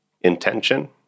Intention